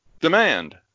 demand